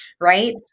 right